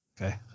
Okay